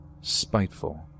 spiteful